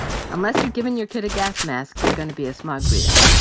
unless you're giving your kid a gas mask, they're gonna be a smog breather.